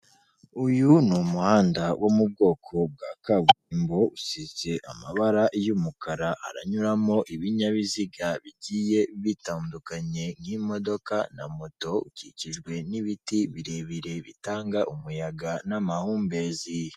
Uyu ni umuhanda wo mu bwoko bwa kaburimbo, usize amabara y'umukara, haranyuramo ibinyabiziga bigiye bitandukanye, nk'imodoka na moto, ukikijwe n'ibiti birebire bitanga umuyaga n'amahumbezi.